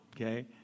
Okay